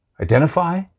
identify